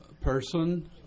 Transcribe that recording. person